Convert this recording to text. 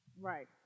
Right